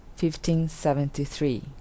1573